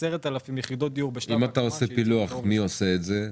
מי עושה את זה?